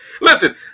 Listen